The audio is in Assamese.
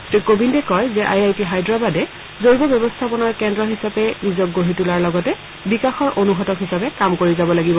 শ্ৰী কোৱিন্দে কয় যে আই আই টি হায়দৰাবাদে জৈৱ ব্যৱস্থাপনাৰ কেন্দ্ৰ হিচাপে নিজক গঢ়ি তোলাৰ লগতে বিকাশৰ অনুঘটক হিচাপে কাম কৰি যাব লাগিব